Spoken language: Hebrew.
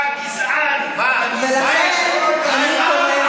את המנון התקווה,